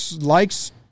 likes